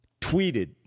tweeted